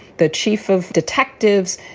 the chief of detectives,